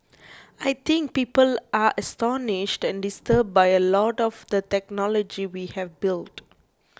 I think people are astonished and disturbed by a lot of the technology we have built